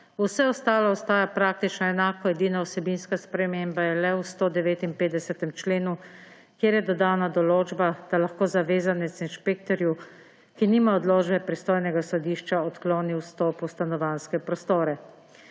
vse ostalo ostaja praktično enako, edina vsebinska sprememba je le v 159. členu, kjer je dodana določba, da lahko zavezanec inšpektorju, ki nima odločbe pristojnega sodišča, odkloni vstop v stanovanjske prostore.